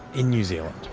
in new zealand.